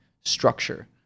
structure